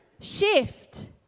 Shift